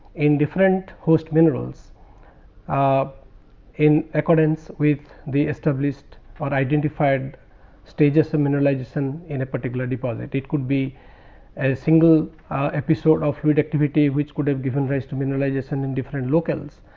in different host minerals ah in accordance with the established or identified stages of mineralization in a particular deposit. it could be and a single ah episode of fluid activity which could have given rise to mineralization in different locales.